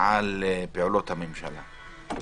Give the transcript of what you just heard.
על הפעולות הממשלה.